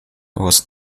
was